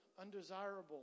undesirable